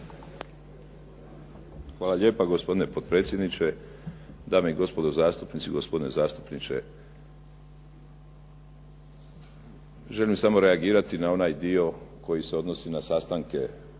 Hvala lijepa gospodine potpredsjedniče, dame i gospodo zastupnici, gospodine zastupniče. Želim samo reagirati na onaj dio koji se odnosi na sastanke